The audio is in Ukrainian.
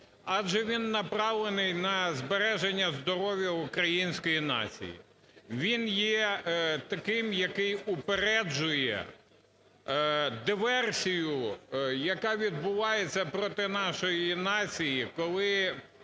адже він направлений на збереження здоров'я української нації. Він є таким, який упереджує диверсію, яка відбувається проти нашої нації, коли,